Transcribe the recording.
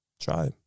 Try